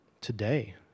today